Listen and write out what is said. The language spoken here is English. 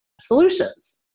solutions